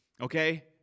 okay